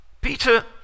Peter